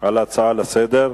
על ההצעה לסדר-היום.